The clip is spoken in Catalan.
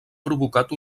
provocat